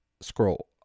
Scroll